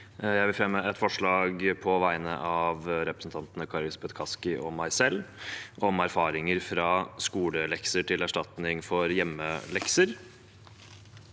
Jeg vil fremme et forslag på vegne av representantene Kari Elisabeth Kaski og meg selv om erfaringer fra skolelekser til erstatning for hjemmelekser.